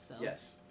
yes